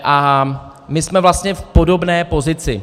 A my jsme vlastně v podobné pozici.